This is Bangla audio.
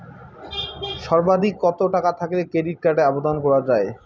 সর্বাধিক কত টাকা থাকলে ক্রেডিট কার্ডের আবেদন করা য়ায়?